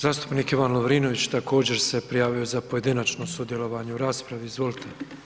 Zastupnik Ivan Lovrinović također se prijavio za pojedinačno sudjelovanje u raspravi, izvolite.